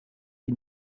qui